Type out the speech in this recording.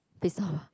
they stop ah